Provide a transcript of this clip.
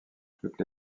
toutes